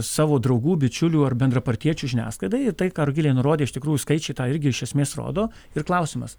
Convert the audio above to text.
savo draugų bičiulių ar bendrapartiečių žiniasklaidai ir tai ką rugilė nurodė iš tikrųjų skaičiai tą irgi iš esmės rodo ir klausimas